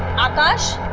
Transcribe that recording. ah akash.